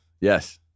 Yes